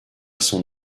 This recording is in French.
son